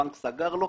הבנק סגר לו,